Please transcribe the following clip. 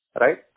right